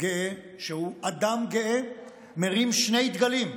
גאה שהוא אדם גאה מרים שני דגלים,